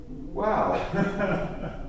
Wow